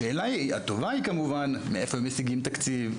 השאלה הטובה כמובן היא מאיפה משיגים תקציב,